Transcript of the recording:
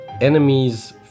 enemies